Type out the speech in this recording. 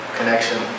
connection